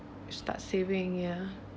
start saving ya